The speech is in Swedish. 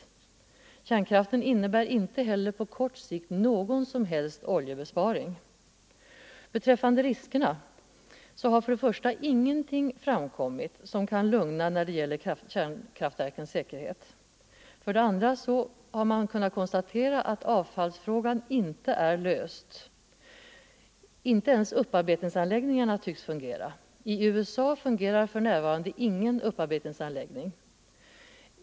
På kort sikt innebär inte kärnkraften heller någon som helst oljebesparing. Beträffande riskerna vill jag framhålla följande. För det första har ingenting framkommit som kan verka lugnande när det gäller kärnkraftverkens säkerhet. För det andra kan man konstatera att avfallsfrågan inte är löst. Inte ens upparbetningsanläggningarna tycks fungera. I USA fungerar för närvarande ingen upparbetningsanläggning.